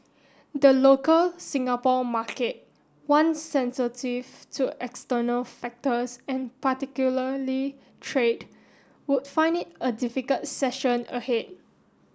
the local Singapore market one sensitive to external factors and particularly trade would find it a difficult session ahead